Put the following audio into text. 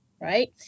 Right